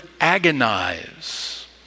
agonize